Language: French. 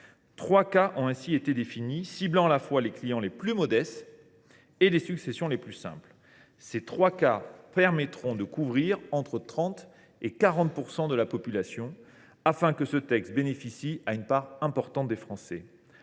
Trois cas ont ainsi été définis, ciblant à la fois les clients les plus modestes et les successions les plus simples. Ils permettront de couvrir entre 30 % et 40 % de la population, soit une part importante des Français.